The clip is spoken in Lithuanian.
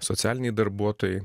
socialiniai darbuotojai